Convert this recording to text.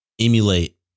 emulate